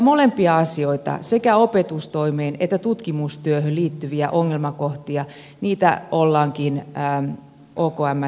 molempia asioita sekä opetustoimeen että tutkimustyöhön liittyviä ongelmakohtia ollaankin pään kokoama